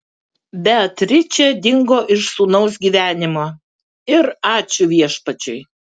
beatričė dingo iš sūnaus gyvenimo ir ačiū viešpačiui